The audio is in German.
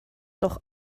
doch